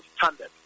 standard